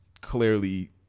clearly